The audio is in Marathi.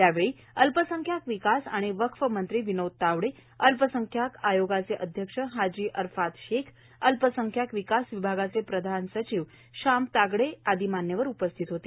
यावेळी अल्पसंख्याक विकास आणि वक्फ मंत्री विनोद तावडेए अल्पसंख्याक आयोगाचे अध्यक्ष हाजी अरफात शेखए अल्पसंख्याक विकास विभागाचे प्रधान सचिव श्याम तागडेए आदी मान्यवर उपस्थित होते